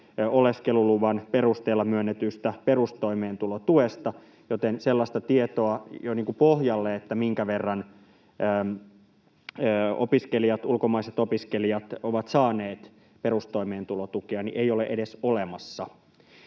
oleskeluluvan perusteella myönnetystä perustoimeentulotuesta, joten pohjalle sellaista tietoa, minkä verran ulkomaiset opiskelijat ovat saaneet perustoimeentulotukea, ei ole edes olemassa.